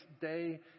day